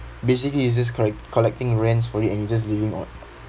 basically he's just collect~ collecting rents for it and he just living on